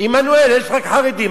עמנואל יש רק חרדים.